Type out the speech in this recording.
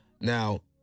Now